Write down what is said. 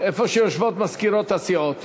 איפה שיושבות מזכירות הסיעות.